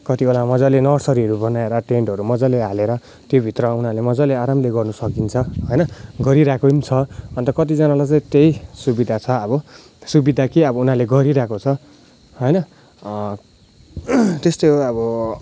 कतिवडा मजाले नर्सरीहरू बनाएर टेन्टहरू मजाले हालेर त्योभित्र उनीहरूले मजाले आरामले गर्न सकिन्छ होइन गरिरहेको पनि छ अन्त कतिजनाले चाहिँ त्यही सुविधा छ अब सुविधा के उनीहरूले गरिरहेको छ होइन त्यस्तै हो अब